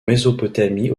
mésopotamie